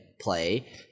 play